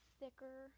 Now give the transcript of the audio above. thicker